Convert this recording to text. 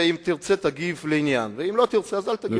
שאם תרצה, תגיב לעניין, ואם לא תרצה, אז אל תגיב.